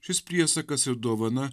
šis priesakas ir dovana